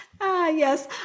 Yes